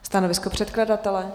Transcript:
Stanovisko předkladatele?